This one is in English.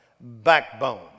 Backbone